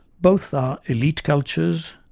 both are elite cultures,